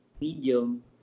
medium